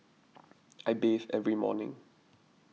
I bathe every morning